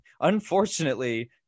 unfortunately